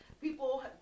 people